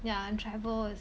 yeah and travel is